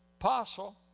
apostle